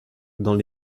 dans